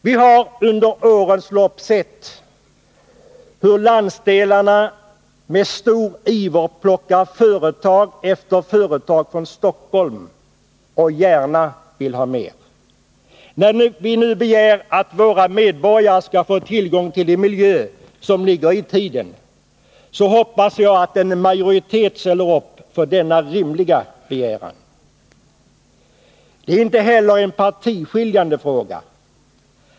Vi har under årens lopp sett hur landsdelarna med stor iver plockar företag efter företag från Stockholm och gärna vill ha mer. När vi nu begär att våra medborgare skall få tillgång till en miljö som ligger i tiden, hoppas jag att en majoritet ställer upp bakom denna rimliga begäran. Det är inte heller en partiskiljande fråga.